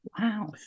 Wow